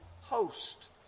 host